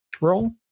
roll